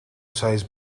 says